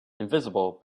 invisible